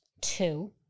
two